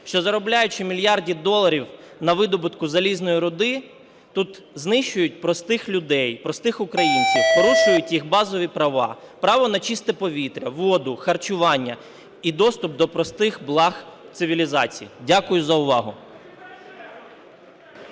що, заробляючи мільярди доларів на видобутку залізної руди, тут знищують простих людей, простих українців, порушують їх базові права, право на чисте повітря, воду, харчування і доступ до простих благ цивілізації. Дякую за увагу.